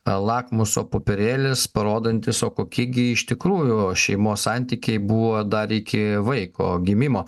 lakmuso popierėlis parodantis o kokie gi iš tikrųjų šeimos santykiai buvo dar iki vaiko gimimo